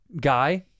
guy